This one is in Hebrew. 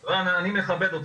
רם, אני מכבד אותך.